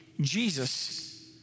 Jesus